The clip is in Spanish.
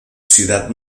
ciudad